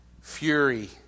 Fury